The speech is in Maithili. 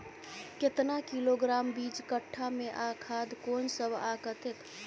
केतना किलोग्राम बीज कट्ठा मे आ खाद कोन सब आ कतेक?